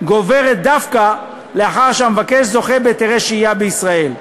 גוברת דווקא לאחר שהמבקש זוכה בהיתר שהייה בישראל.